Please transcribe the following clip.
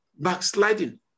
Backsliding